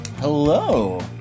Hello